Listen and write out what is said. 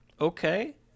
Okay